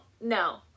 No